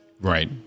Right